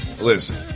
Listen